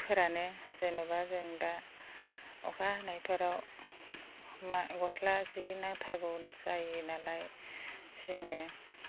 फोरानो जेन'बा जों दा अखा हानायफोराव मा गस्ला जि नांथारगौ जायोनालाय जोङो